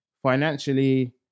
financially